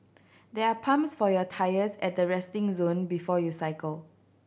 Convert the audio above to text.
there are pumps for your tyres at the resting zone before you cycle